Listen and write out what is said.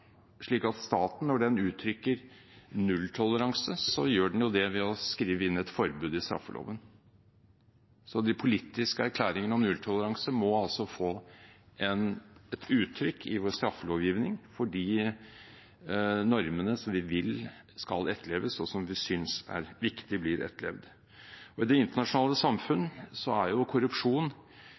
slik at staten, når den uttrykker nulltoleranse, gjør det ved å skrive inn et forbud i straffeloven. De politiske erklæringene om nulltoleranse må altså få et uttrykk i vår straffelovgivning – de normene vi vil skal etterleves, og som vi synes er viktig blir etterlevd. I det internasjonale samfunnet er korrupsjon ødeleggende for utvikling, tillit og samhandling mellom landene. Derfor må vi ha et oppdatert regelverk. Det er